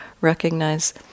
recognize